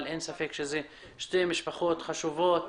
אבל אין ספק שמדובר בשתי משפחות חשובות.